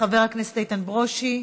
חבר הכנסת איתן ברושי.